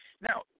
Now